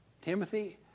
Timothy